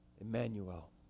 Emmanuel